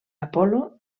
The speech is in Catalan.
apol·lo